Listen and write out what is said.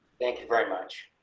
thanks very much.